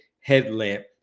headlamp